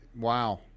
wow